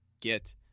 get